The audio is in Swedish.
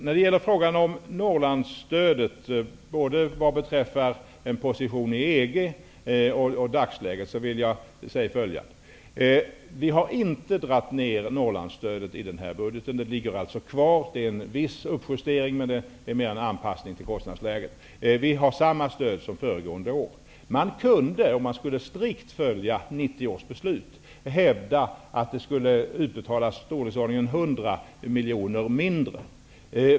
När det gäller frågan om Norrlandsstödet, både beträffande positionen i EG-förhandlingarna och beträffande dagsläget vill jag säga följande. Vi har inte dragit ned på Norrlandsstödet i den här budgeten. Det ligger kvar på samma nivå som föregående år, men det har skett en viss uppjustering som en anpassning till kostnadsläget. Om man strikt följde 1990 års beslut, skulle man kunna hävda att stödet borde vara i storleksordningen 100 miljoner lägre.